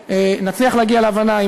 ולכן תישמר עדיפות כלשהי להורים שכולים